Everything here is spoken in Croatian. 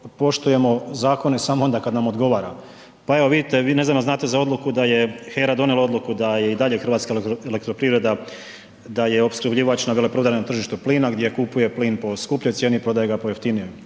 poštujemo zakone samo onda kad nam odgovara pa evo vidite, vi ne znam jel znate za odluku da je HERA donijela odluku da i dalje HEP, da je opskrbljivač na veleprodajnom tržištu plina gdje kupuje plin po skupljoj cijeni, prodaje ga po jeftinijoj,